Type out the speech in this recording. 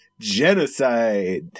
genocide